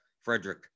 Frederick